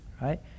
Right